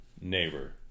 neighbor